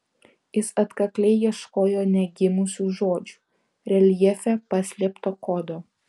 jis atkakliai ieškojo negimusių žodžių reljefe paslėpto kodo